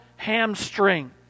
hamstring